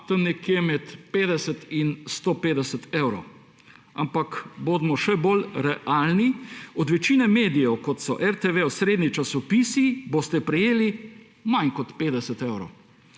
giba nekje med 50 in 150 evri. Ampak bodimo še bolj realni, od večine medijev, kot so RTV, osrednji časopisi, boste prejeli manj kot 50 evrov.